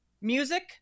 music